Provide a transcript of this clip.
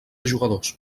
jugadors